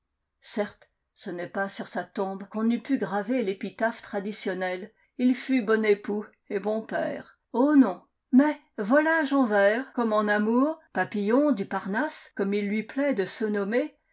certes ce n'est pas sur sa tombe qu'on eût pu graver l'épitaphe traditionnelle il fut bon époux et bon père oh non mais volage en vers comme en amour papillon du parnasse comme il lui plaît de se nommer